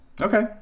Okay